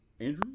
andrew